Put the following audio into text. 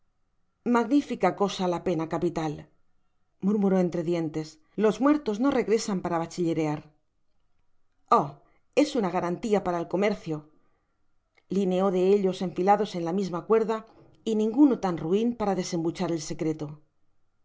magnifica cosa la pena capital murmuró entre dientes los muertos no regresan para bachillerear oh es una gran garantia para el comercio lineó de ellos ehtilados en la misma cuerda y ninguno tan ruin para desembuchar el secreto